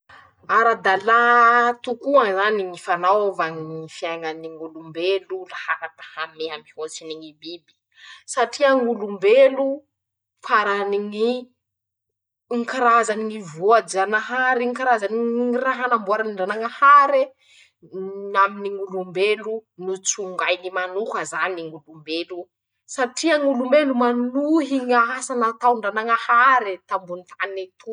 <...>Aradalàa tokoa zany ñy fanaova ñy fiaiñany ñ'olombelo lahara-pahameha mihoatsiny ñy biby, satria: - ñ'olombelo farany ñy, mm karazany ñy voajanahary, ñy karazany ñ raha namboarin-dranañahare mmm aminy ñ'olombelo notsongainy manoka zany ñ'olombelo, satria ñ'olombelo manohy ñ'asa nataon-dranañahare tambony tane etoy.